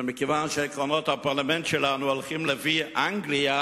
ומכיוון שעקרונות הפרלמנט שלנו הולכים לפי אנגליה,